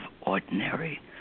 ordinary